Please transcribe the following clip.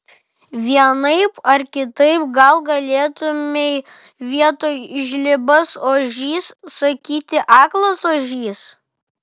vienaip ar kitaip gal galėtumei vietoj žlibas ožys sakyti aklas ožys